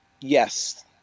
Yes